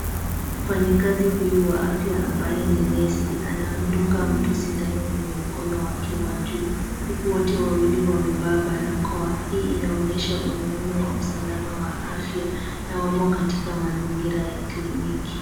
Mfanyikazi huyu wa afya ambaye ni nesi, anamdunga mtu sindano kwenye mkono wake wa juu, huku wote wawili wamevaa barakoa. Hii inaonyesha umuhimu wa usalama wa afya na wamo katika mazingira ya kliniki.